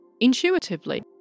Intuitively